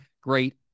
great